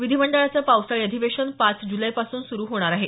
विधीमंडळाचं पावसाळी अधिवेशन पाच जुलैपासून सुरू होणार आहे